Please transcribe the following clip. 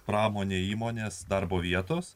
pramonė įmonės darbo vietos